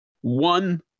one